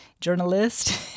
journalist